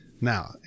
Now